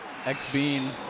X-Bean